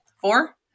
Four